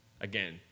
Again